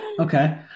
Okay